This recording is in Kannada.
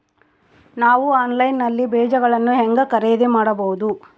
ನಾವು ಆನ್ಲೈನ್ ನಲ್ಲಿ ಬೇಜಗಳನ್ನು ಹೆಂಗ ಖರೇದಿ ಮಾಡಬಹುದು?